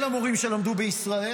אלא מורים שלמדו בישראל,